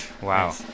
wow